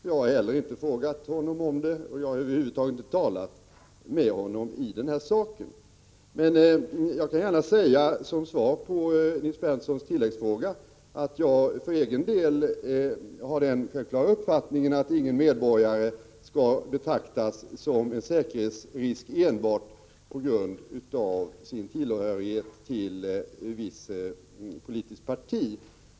Jag har heller inte frågat honom om det, och jag har över huvud taget inte talat med honom i den här saken. Som svar på Nils Berndtsons tilläggsfråga kan jag gärna säga att jag för egen del har den självklara uppfattningen att ingen medborgare skall betraktas som en säkerhetsrisk enbart på grund av sin tillhörighet till ett visst politiskt parti.